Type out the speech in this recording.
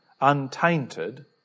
untainted